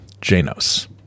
Janos